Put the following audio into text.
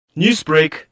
Newsbreak